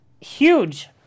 Huge